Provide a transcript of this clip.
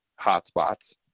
hotspots